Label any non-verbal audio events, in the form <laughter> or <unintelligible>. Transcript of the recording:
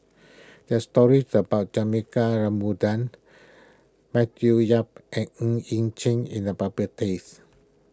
there are stories about Juthika <unintelligible> Matthew Yap and Ng Yi Sheng in the <unintelligible>